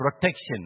protection